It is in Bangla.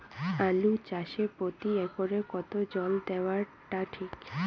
আলু চাষে প্রতি একরে কতো জল দেওয়া টা ঠিক?